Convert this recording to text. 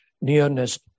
nearness